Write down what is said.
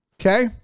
Okay